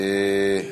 עכשיו,